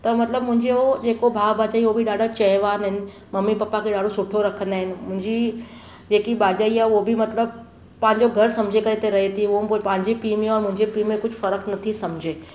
त मतिलबु मुंहिंजो जेको भाउ भाजाई हो बि ॾाढा चहिवान आहिनि मम्मी पप्पा खे ॾाढो सुठो रखंदा आहिनि मुंहिंजी जेकी भाॼाई आहे उहा बि मतिलबु पंहिंजो घर सम्झी करे हिते रहे थी हू बि पंहिंजे पीउ में ऐं मुंहिंजे पीउ में कुझु फर्कु नथी समुझे